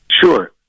Sure